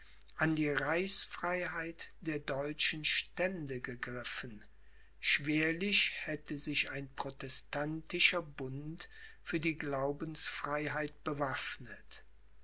an die reichsfreiheit der deutschen stände gegriffen schwerlich hätte sich ein protestantischer bund für die glaubensfreiheit bewaffnet